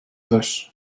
this